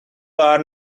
are